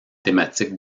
thématiques